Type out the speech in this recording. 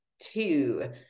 two